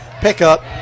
pickup